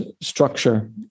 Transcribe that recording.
structure